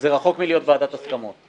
זה רחוק מלהיות ועדת הסכמות.